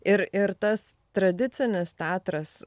ir ir tas tradicinis teatras